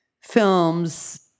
films